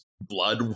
blood